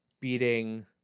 beating